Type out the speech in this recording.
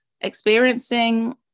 experiencing